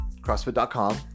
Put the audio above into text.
CrossFit.com